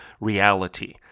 reality